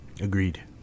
Agreed